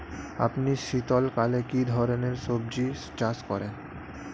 আপনি শীতকালে কী ধরনের সবজী চাষ করেন?